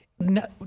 No